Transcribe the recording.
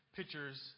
pictures